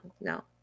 no